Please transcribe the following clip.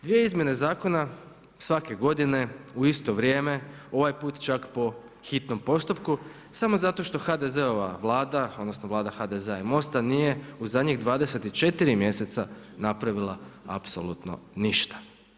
Dvije izmjene zakona svake godine u isto vrijeme, ovaj put čak po hitnom postupku samo zato što HDZ-ova Vlada, odnosno Vlada HDZ-a i Mosta nije u zadnjih 24 mjeseca napravila apsolutno ništa.